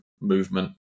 movement